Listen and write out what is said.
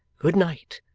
good night!